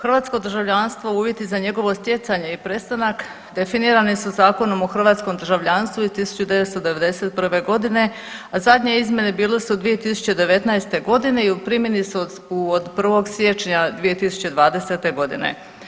Hrvatsko državljanstvo, uvjeti za njegovo stjecanje i prestanak definirani su Zakonom o hrvatskom državljanstvu iz 1991. godine, a zadnje izmjene bile su 2019. godine i u primjeni su od 1. siječnja 2020. godine.